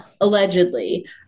allegedly